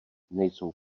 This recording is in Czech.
nejsou